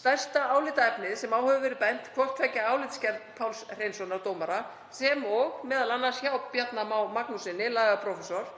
Stærsta álitaefnið sem á hefur verið bent, hvort tveggja í álitsgerð Páls Hreinssonar dómara sem og m.a. hjá Bjarna Má Magnússyni lagaprófessor,